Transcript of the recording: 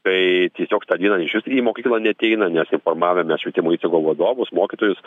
tai tiesiog tą dieną išvis į mokyklą neateina nes informavome švietimo įstaigų vadovus mokytojus